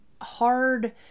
hard